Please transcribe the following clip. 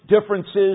differences